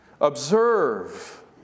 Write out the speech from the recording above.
Observe